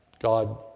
God